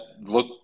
look